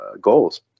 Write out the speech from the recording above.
goals